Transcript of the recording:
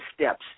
steps